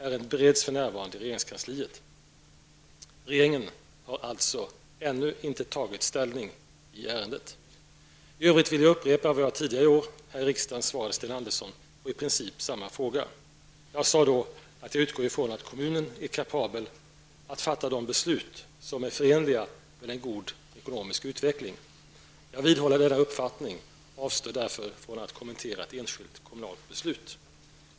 Ärendet bereds för närvarande i regeringskansliet. Regeringen har alltså ännu inte tagit ställning i ärendet. I övrigt vill jag upprepa vad jag tidigare i år här i riksdagen svarade Sten Andersson på i princip samma fråga. Jag sade då att jag utgår ifrån att kommunen är kapabel att fatta de beslut som är förenliga med en god ekonomisk utveckling. Jag vidhåller denna uppfattning och avstår därför från att kommentera ett enskilt kommunalt beslut.